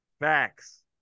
Facts